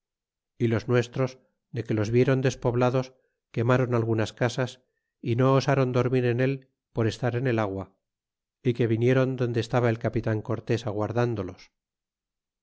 y los nuestros de que los vieron despoblados quemaron algunas casas y no osaron dormir en el por estar en el agua y se vinieron donde estaba el capitan cortes aguardándolos